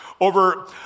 over